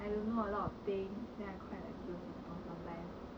I don't know a lot of thing then I quite like blur sotong sometimes